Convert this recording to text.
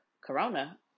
corona